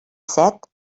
set